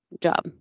job